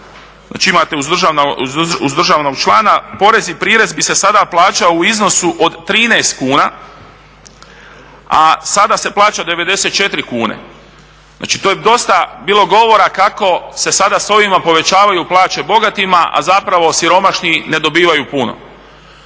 znači imate uz državnog člana porez i prirez bi se sada plaćao u iznosu od 13 kuna, a sada se plaća 94 kune. Tu je bilo dosta govora kako se sada se s ovima povećaju plaće bogatima, a zapravo siromašni ne dobivaju puno.